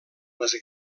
les